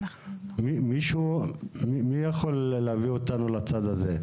מי יכול להביא אותנו לצד הזה?